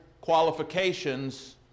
qualifications